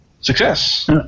Success